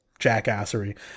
jackassery